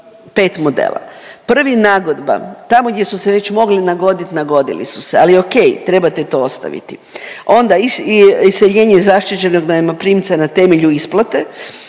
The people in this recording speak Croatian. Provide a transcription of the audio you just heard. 5 modela. Prvi, nagodba, tamo gdje su se već mogli nagodit nagodili su se, ali okej, trebate to ostaviti. Onda iseljenje zaštićenog najmoprimca na temelju isplate,